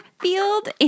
field